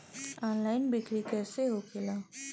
Online बिक्री कैसे होखेला?